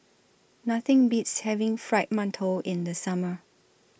Nothing Beats having Fried mantou in The Summer